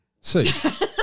See